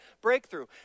breakthrough